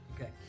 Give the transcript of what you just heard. Okay